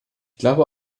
glaube